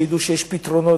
שידעו שיש פתרונות,